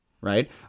Right